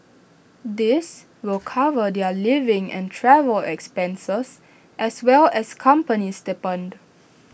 this will cover their living and travel expenses as well as company stipend